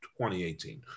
2018